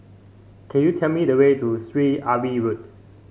can you tell me the way to Syed Alwi Road